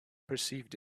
perceived